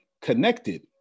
connected